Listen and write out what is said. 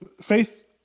faith